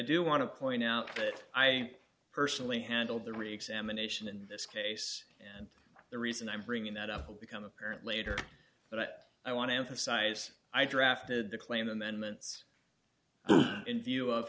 do want to point out that i personally handled the reexamination in this case and the reason i'm bringing that up will become apparent later but i want to emphasize i drafted the claim amendments in view of